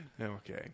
Okay